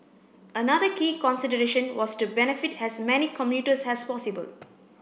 another key consideration was to benefit as many commuters as possible